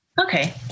Okay